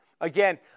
Again